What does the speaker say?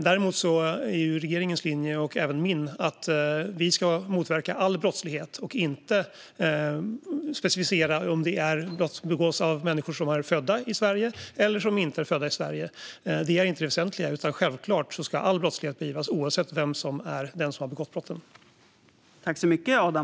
Däremot är regeringens och även min linje att vi ska motverka all brottslighet och inte specificera om det är brott som begås av människor som är födda i Sverige eller brott som begås av människor som inte är födda i Sverige. Det är inte det väsentliga. Självklart ska all brottslighet beivras oavsett vem som har begått brotten.